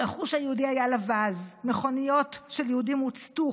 הרכוש היהודי היה לבז: מכוניות של יהודים הוצתו,